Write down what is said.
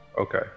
Okay